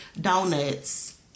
donuts